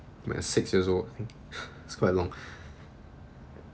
I'm six years old that's quite long